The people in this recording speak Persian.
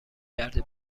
کرده